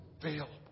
available